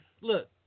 Look